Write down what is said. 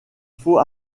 faut